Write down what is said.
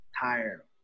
tired